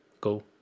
go